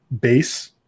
base